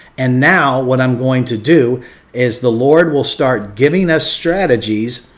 and now what i'm going to do is the lord will start giving us strategies,